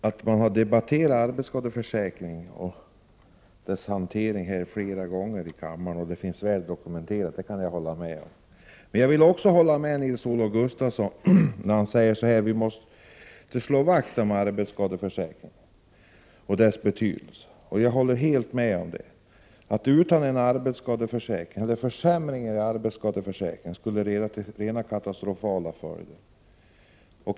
Fru talman! Arbetsskadeförsäkringen och dess hantering har debatterats flera gånger här i kammaren och det är väl dokumenterat, det kan jag hålla med om. Jag vill också hålla med Nils-Olof Gustafsson när han säger att vi måste slå vakt om arbetsskadeförsäkringen och dess betydelse. Om man skulle ta bort arbetsskadeförsäkringen eller försämra den, skulle det få katastrofala följder.